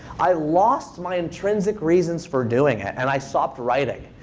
i lost my intrinsic reasons for doing it, and i stopped writing.